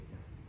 yes